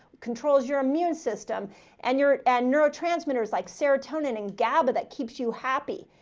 controls your immune system and your and neurotransmitters like serotonin and gaba. that keeps you happy.